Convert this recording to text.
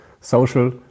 social